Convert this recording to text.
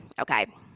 okay